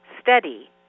steady